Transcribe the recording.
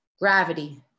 gravity